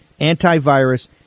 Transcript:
antivirus